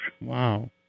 Wow